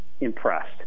impressed